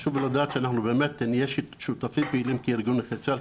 חשוב לדעת שאנחנו באמת נהיה שותפים פעילים כארגון נכי צה"ל,